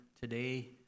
today